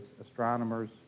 astronomers